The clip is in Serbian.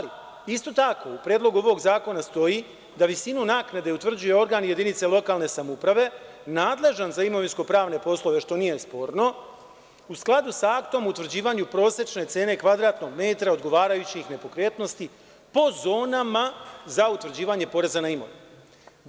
Isto tako, u predlogu ovog zakona stoji da visinu naknade utvrđuje organ jedinice lokalne samouprave nadležan za imovinsko-pravne poslove, što nije sporno, u skladu sa aktom o utvrđivanju prosečne cene kvadratnog metra odgovarajućih nepokretnosti po zonama za utvrđivanje poreza na imovinu.